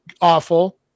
awful